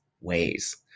ways